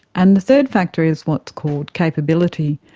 and the third factor is what's called capability.